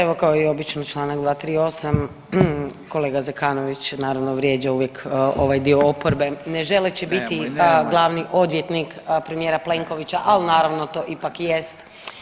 Evo kao i obično čl. 238. kolega Zekanović naravno vrijeđa uvijek ovaj dio oporbe ne želeći biti glavni odvjetnik premijera Plenkovića, ali naravno to ipak i jest.